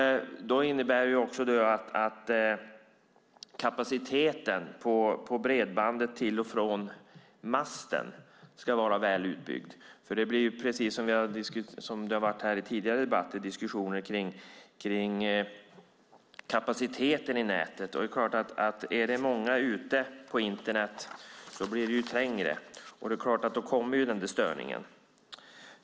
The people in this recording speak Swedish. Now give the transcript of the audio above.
Det innebär att kapaciteten på bredbandet till och från masten ska vara väl utbyggd. Det har varit diskussioner kring kapaciteten i nätet. Är det många ute på Internet blir det trängre, och det är klart att då kommer störningen.